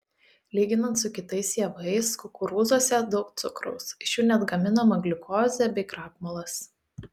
lyginant su kitais javais kukurūzuose daug cukraus iš jų net gaminama gliukozė bei krakmolas